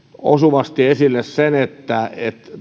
osuvasti esille sen että